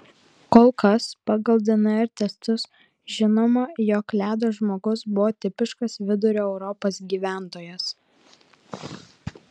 kol kas pagal dnr testus žinoma jog ledo žmogus buvo tipiškas vidurio europos gyventojas